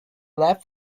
lab